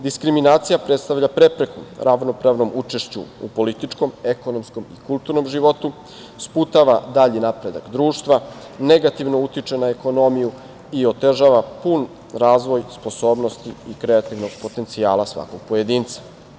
Diskriminacija predstavlja prepreku ravnopravnom učešću u političkom, ekonomskom i kulturnom životu, sputava dalji napredak društva, negativno utiče na ekonomiju i otežava pun razvoj sposobnosti i kreativnog potencijala svakog pojedinca.